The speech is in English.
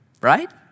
right